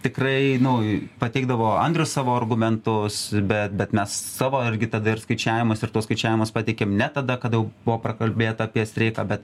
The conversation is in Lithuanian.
tikrai nu pateikdavo andrius savo argumentus bet bet mes savo irgi tada ir skaičiavimus ir tuos skaičiavimus pateikėm ne tada kada jau buvo prakalbėta apie streiką bet